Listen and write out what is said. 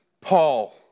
Paul